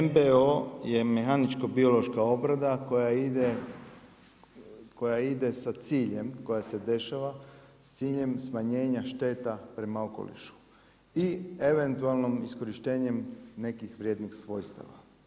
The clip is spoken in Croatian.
MBO je mehaničko-biološka obrada koja ide sa ciljem, koja se dešava s ciljem smanjenja šteta prema okolišu i eventualnom iskorištenjem nekih vrijednih svojstava.